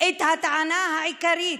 את הטענה העיקרית,